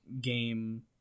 game